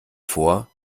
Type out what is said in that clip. vor